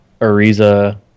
Ariza